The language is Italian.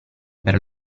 per